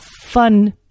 fun